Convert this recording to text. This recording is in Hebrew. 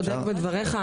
צודק בדבריך,